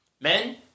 Men